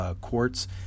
Quartz